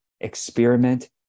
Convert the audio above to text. experiment